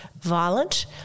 violent